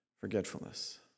forgetfulness